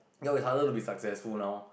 go with harder to be successful now